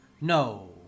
no